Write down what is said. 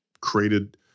created